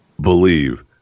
believe